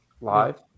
live